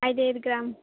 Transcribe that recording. ಐದೈದು ಗ್ರಾಮ್